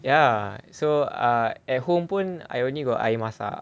ya so uh at home pun I only got air masak